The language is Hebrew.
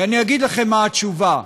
ואני אגיד לכם מה התשובה.